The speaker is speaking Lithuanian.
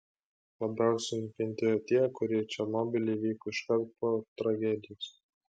labiausiai nukentėjo tie kurie į černobylį vyko iškart po tragedijos